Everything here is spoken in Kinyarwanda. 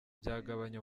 byagabanya